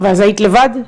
ואז היית לבד?